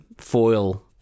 foil